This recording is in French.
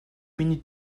minutes